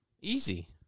Easy